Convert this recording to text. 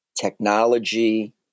technology